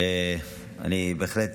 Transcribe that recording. אינו נוכח,